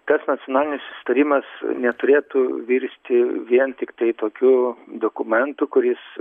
tas nacionalinis susitarimas neturėtų virsti vien tiktai tokiu dokumentu kuris